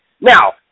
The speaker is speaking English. Now